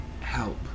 help